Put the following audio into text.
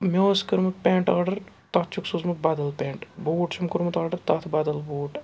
مےٚ اوس کٔرمُت پٮ۪نٛٹ آرڈَر تَتھ چھُکھ سوٗزمُت بدل پٮ۪نٛٹ بوٗٹ چھُم کوٚرمُت آرڈَر تَتھ بدل بوٗٹ